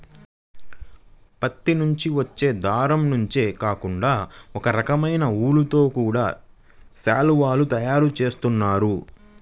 పత్తి నుంచి వచ్చే దారం నుంచే కాకుండా ఒకరకమైన ఊలుతో గూడా శాలువాలు తయారు జేత్తన్నారు